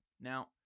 Now